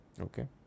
Okay